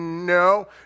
No